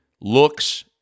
looks